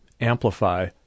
amplify